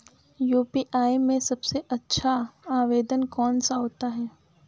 UPI में सबसे अच्छा आवेदन कौन सा होता है?